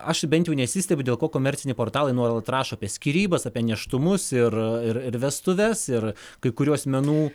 aš bent jų nesistebiu dėl ko komerciniai portalai nuolat rašo apie skyrybas apie nėštumus ir vestuves ir kai kurių asmenų